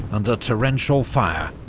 and torrential fire,